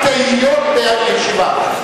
גם תהיות, בישיבה.